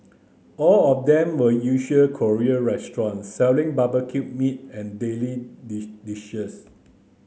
all of them were usual Korean restaurants selling barbecued meat and daily dishes